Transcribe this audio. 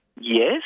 yes